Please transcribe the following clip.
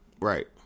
right